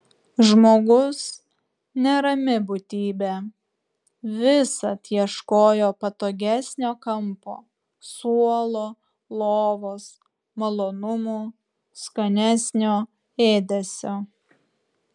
žmogus nerami būtybė visad ieškojo patogesnio kampo suolo lovos malonumų skanesnio ėdesio